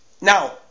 Now